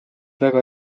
väga